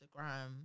instagram